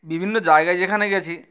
বিভিন্ন জায়গায় যেখানে গেছি